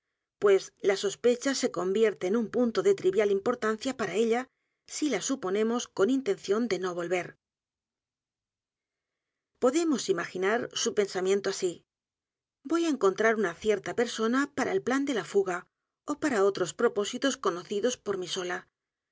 pues la sospecha se convierte en un punto de trivial importancia para ella si la suponemos con intención de no volver podemos imaginar su pensamiento a s í voy á encontrar una cierta persona para el plan de la fuga ó para otros propósitos conocidos por mí sola